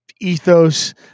ethos